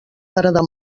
agradar